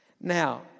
Now